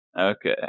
Okay